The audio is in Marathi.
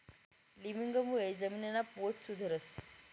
लिमिंगमुळे जमीनना पोत सुधरस